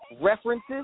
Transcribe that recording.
references